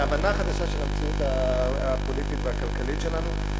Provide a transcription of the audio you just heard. זה הבנה חדשה של המציאות הפוליטית והכלכלית שלנו.